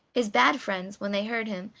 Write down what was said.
his bad friends, when they heard him,